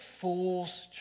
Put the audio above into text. fool's